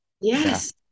Yes